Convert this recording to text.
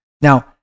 now